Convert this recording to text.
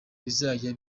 bizajya